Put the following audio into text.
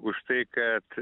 už tai kad